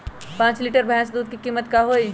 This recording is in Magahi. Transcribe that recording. पाँच लीटर भेस दूध के कीमत का होई?